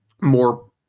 more